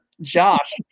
Josh